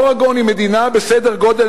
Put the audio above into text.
אורגון היא מדינה בסדר-גודל,